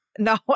No